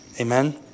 Amen